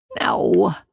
No